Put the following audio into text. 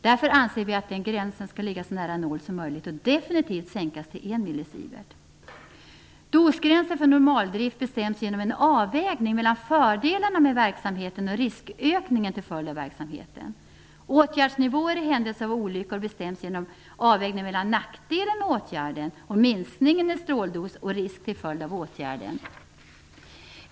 Därför anser vi att gränsen skall ligga så nära noll som möjligt och definitivt att den skall sänkas till 1 millisivert. Dosgränser för normaldrift bestäms genom en avvägning mellan fördelarna med verksamheten och riskökningen till följd av verksamheten. Åtgärdsnivåer i händelse av olyckor bestäms genom avvägning mellan nackdelen med åtgärden och minskningen i stråldos och risk till följd av åtgärden.